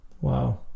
Wow